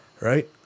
right